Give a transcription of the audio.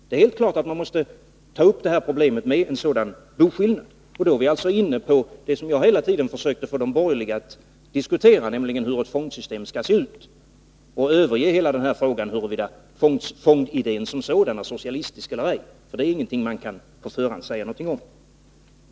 Det är helt klart att man måste ta upp problemet med en sådan boskillnad. Då är vi inne på det som jag hela tiden försökt få de borgerliga att diskutera, nämligen hur ett fondsystem skall se ut, och vi bör överge hela frågan huruvida fondidén som sådan är socialistisk eller ej. Det är en sak som man inte på förhand kan säga någonting om.